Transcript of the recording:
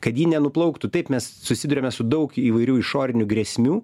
kad ji nenuplauktų taip mes susiduriame su daug įvairių išorinių grėsmių